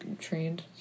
trained